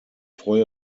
freue